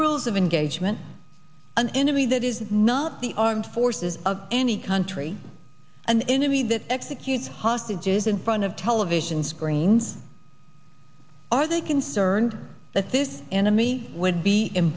rules of engagement an enemy that is not the armed forces of any country an enemy that executes hostages in front of television screens are they concerned that this enemy would be em